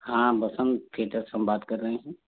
हाँ बसंत थिएटर से हम बात कर रहे हैं